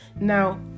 Now